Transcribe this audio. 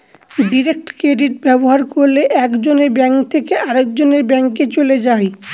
direct credit ব্যবহার করলে এক জনের ব্যাঙ্ক থেকে আরেকজনের ব্যাঙ্কে চলে যায়